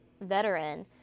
veteran